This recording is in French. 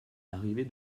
arrivée